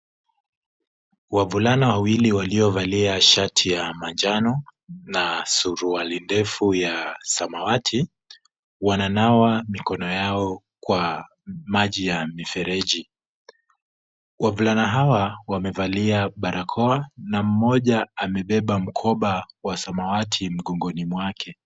Wavulana wawili waliovalia shati ya manjano na suruali ndefu ya samawati, wananawa mikono yao kwa maji ya mifereji. Wavulana hawa wamevalia barakoa na mmoja amebeba mkoba wa samawati mgongoni mwake.